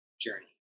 journey